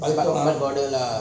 my one order lah